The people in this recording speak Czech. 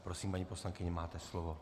Prosím, paní poslankyně, máte slovo.